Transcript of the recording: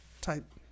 type